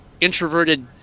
introverted